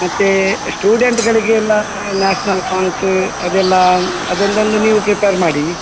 ಮತ್ತೆ ಸ್ಟೂಡೆಂಟ್ಗಳಿಗೆಲ್ಲ national songs ಅದೆಲ್ಲ ಅದೊಂದನ್ನು ನೀವು ಪ್ರಿಪೇರ್ ಮಾಡಿ